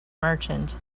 merchant